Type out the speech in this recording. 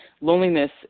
loneliness